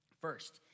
First